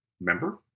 member